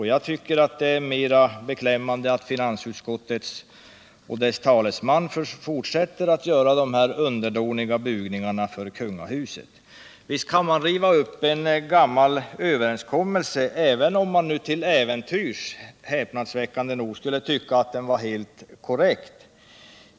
Jag tycker att det är mera beklämmande att finansutskottet och dess talesman fortsätter att göra dessa underdåniga bugningar för kungahuset. Visst kan man riva upp en gammal överenskommelse, även om man till äventyrs — häpnadsväckande nog — skulle tycka att den var helt korrekt.